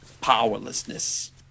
powerlessness